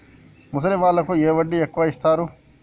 ముసలి వాళ్ళకు ఏ వడ్డీ ఎక్కువ ఇస్తారు?